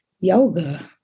Yoga